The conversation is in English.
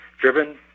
driven